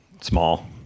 small